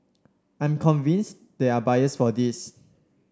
I'm convinced there are buyers for this